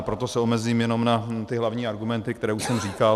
Proto se omezím jenom na ty hlavní argumenty, které už jsem říkal.